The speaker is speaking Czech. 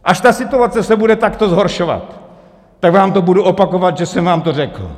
Až ta situace se bude takto zhoršovat, tak vám to budu opakovat, že jsem vám to řekl.